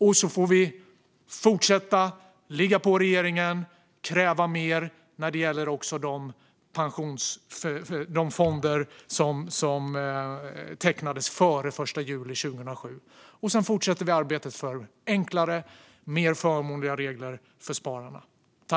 Och så får vi fortsätta att ligga på regeringen och kräva mer när det gäller de fonder som tecknades före den 1 juli 2007. Sedan fortsätter vi arbetet för enklare och mer förmånliga regler för spararna.